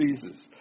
Jesus